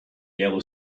yellow